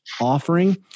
offering